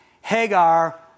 Hagar